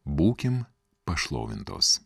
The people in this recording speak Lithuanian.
būkim pašlovintos